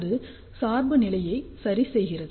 அது சார்பு நிலையை சரி செய்கிறது